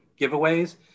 giveaways